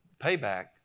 Payback